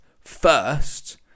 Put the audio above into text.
first